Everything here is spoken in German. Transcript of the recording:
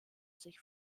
sich